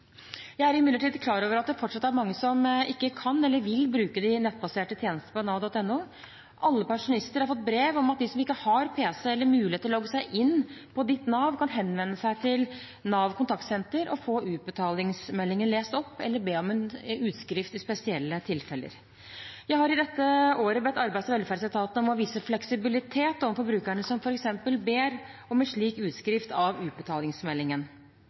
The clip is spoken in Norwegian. Jeg er imidlertid klar over at det fortsatt er mange som ikke kan eller vil bruke de nettbaserte tjenestene på nav.no. Alle pensjonister har fått brev at de som ikke har pc eller mulighet til å logge seg inn på Ditt NAV, kan henvende seg til NAV Kontaktsenter og få utbetalingsmeldingen lest opp eller be om en utskrift i spesielle tilfeller. Jeg har i dette året bedt Arbeids- og velferdsetaten om å vise fleksibilitet overfor brukerne som f.eks. ber om en slik utskrift av utbetalingsmeldingen.